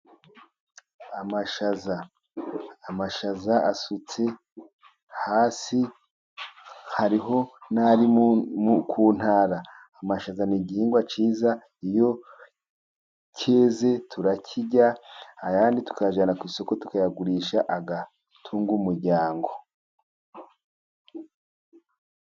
Amashaza asutse hasi hariho nari mu ku ntara. Amashaza ni igihingwa cyiza, iyo cyeze turakirya andi tukayajyana ku isoko tukayagurisha agatunga umuryango.